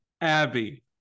Abby